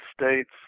States